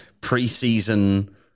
pre-season